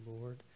Lord